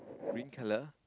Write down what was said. green colour